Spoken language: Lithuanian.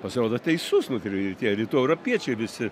pasirodo teisus nu ir tie rytų europiečiai visi